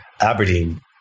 Aberdeen